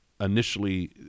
Initially